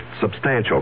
substantial